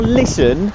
listen